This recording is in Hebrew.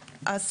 פעם.